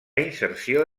inserció